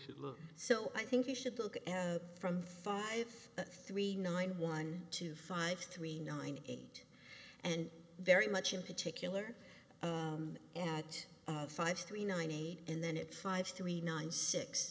should look so i think you should look at from five three nine one to five three nine eight and very much in particular and five three ninety and then it five three nine six